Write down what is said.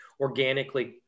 organically